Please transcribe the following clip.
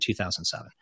2007